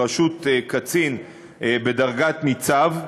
בראשות קצין בדרגת ניצב,